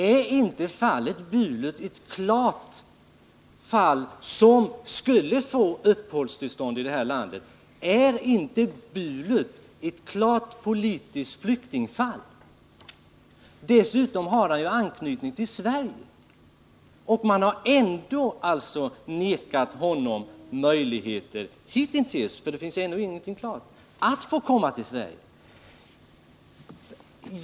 Är det inte helt klart «a Om förpassningen i fallet Bulut att han borde få uppehållstillstånd i det här landet? Är det inte av ön Housök här helt klart fråga om en person som är politisk flykting? Dessutom har han journalist anknytning till Sverige, och man har hitintills — det finns ännu ingenting klart — vägrat honom möjligheter att komma till Sverige.